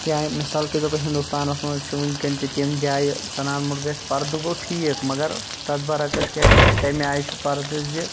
کیاہ مِثال کے طور پَر ہِندُستانَس مَنٛز چھِ وٕنکٮ۪ن تہِ تِم جایہِ زَنان گَژھِ پَردٕ گوٚو ٹھیٖک مَگَر تَتھ بَرعکس کیاہ چھُ کمہِ آیہِ چھُ پَردٕ زِ